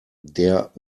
der